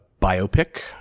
biopic